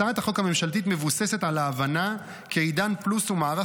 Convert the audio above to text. הצעת החוק הממשלתית מבוססת על ההבנה כי עידן פלוס הוא מערך